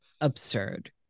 absurd